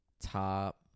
Top